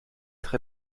très